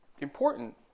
important